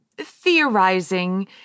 theorizing